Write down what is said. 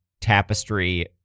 tapestry